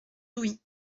douy